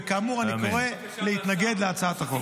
וכאמור, אני קורא להתנגד להצעת החוק.